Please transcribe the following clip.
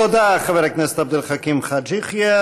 תודה, חבר הכנסת עבד אל חכים חאג' יחיא.